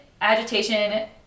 agitation